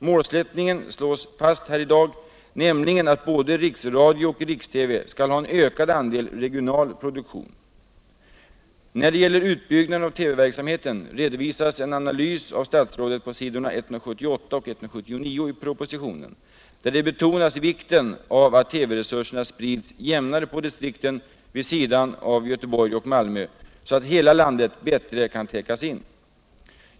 Målsättningen slås fast här i dag, nämligen att både riksradio och riks-TV skall ha en ökad andel regional produktion. När det gäller utbyggnaden av TV-verksamheten redovisas en analvs av statsrådet på s. 178 och 179 i propositionen, där vikten av att TV-resurserna sprids jämnare på distrikten vid sidan av Göteborg och Malmö betonas, så att hela landet bättre kan täckas in.